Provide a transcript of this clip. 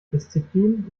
disziplin